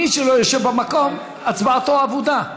מי שלא ישב במקום, הצבעתו אבודה.